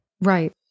Right